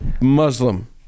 Muslim